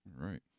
right